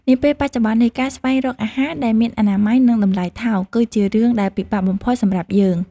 នាពេលបច្ចុប្បន្ននេះ ការស្វែងរកអាហារដែលមានអនាម័យនិងតម្លៃថោក គឺជារឿងដែលពិបាកបំផុតសម្រាប់យើង។